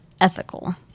ethical